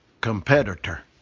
competitor